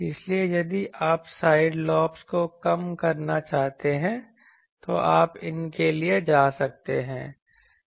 इसलिए यदि आप साइड लॉब्स को कम करना चाहते हैं तो आप इन के लिए जा सकते हैं